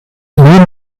nun